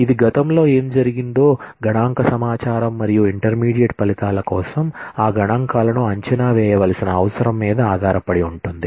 ఇది గతంలో ఏమి జరిగిందో గణాంక సమాచారం మరియు ఇంటర్మీడియట్ ఫలితాల కోసం ఆ గణాంకాలను అంచనా వేయవలసిన అవసరం మీద ఆధారపడి ఉంటుంది